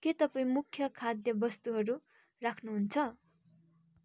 के तपाईँ मुख्य खाद्य वस्तुहरू राख्नुहुन्छ